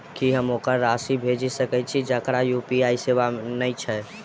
की हम ओकरा राशि भेजि सकै छी जकरा यु.पी.आई सेवा नै छै?